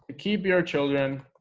keep your children